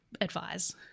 advise